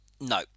no